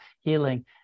healing